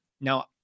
Now